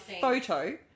photo